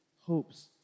hopes